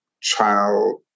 child